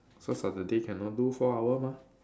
so Saturday cannot do four hour mah